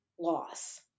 Loss